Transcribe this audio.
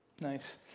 Nice